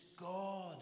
God